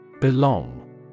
Belong